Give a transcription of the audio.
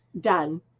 done